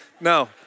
no